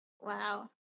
Wow